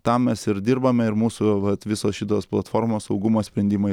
tam mes ir dirbame ir mūsų vat visos šitos platformos saugumo sprendimai